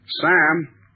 Sam